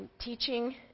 teaching